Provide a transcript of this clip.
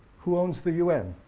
who owns the un?